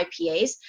IPAs